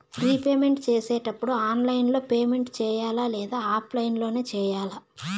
repayment సేసేటప్పుడు online లో payment సేయాలా లేదా ఆఫ్లైన్ లో సేయాలా